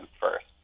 first